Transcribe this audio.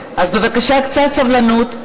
אז בבקשה, קצת סבלנות,